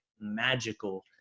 magical